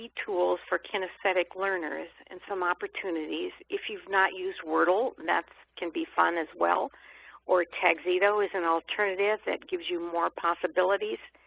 e-tools for kinesthetic learners and some opportunities. if you've not used wordle, that can be fun as well or tagxedo is an alternative that gives you more possibilities.